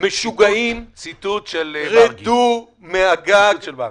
משוגעים, רדו מהגג.